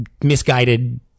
misguided